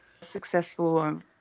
successful